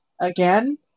Again